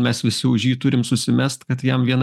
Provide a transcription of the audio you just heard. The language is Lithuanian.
mes visi už jį turim susimest kad jam vieną